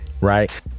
right